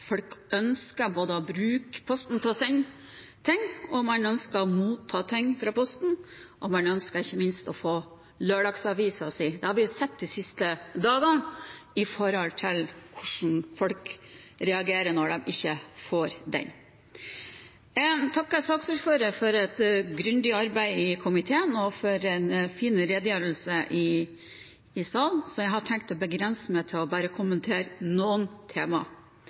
folk ønsker å bruke Posten til både å sende ting og å motta ting, og man ønsker ikke minst å få lørdagsavisen sin – det har vi sett de siste dagene, med tanke på hvordan folk reagerer når de ikke får den. Jeg takker saksordføreren for et grundig arbeid i komiteen og en fin redegjørelse i salen, så jeg har tenkt å begrense meg til å kommentere bare noen tema.